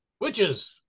Witches